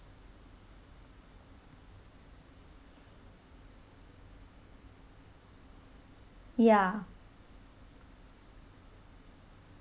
ya